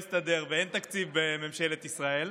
דוידסון: אם זה לא יסתדר ואין תקציב בממשלת ישראל,